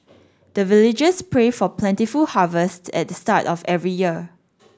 the villagers pray for plentiful harvest at the start of every year